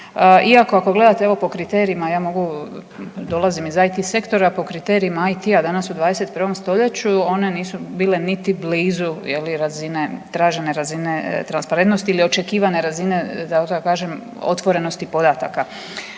iako ako gledate evo po kriterijima ja mogu dolazim iz IT sektora, po kriterijima IT-a danas u 21. stoljeću one nisu bile niti blizu razine, tražene razine transparentnosti ili očekivane razine da tako kažem otvorenosti podataka.